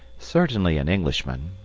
certainly an englishman,